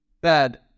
bad